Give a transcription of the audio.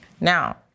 now